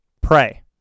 pray